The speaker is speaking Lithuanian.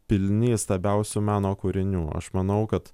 pilni įstabiausių meno kūrinių aš manau kad